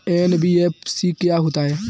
NBFC क्या होता है?